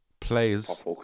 plays